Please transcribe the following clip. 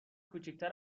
کوچیکتر